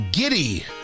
Giddy